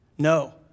No